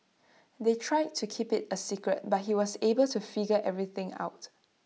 they tried to keep IT A secret but he was able to figure everything out